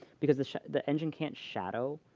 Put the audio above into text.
because the the engine can't shadow